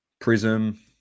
Prism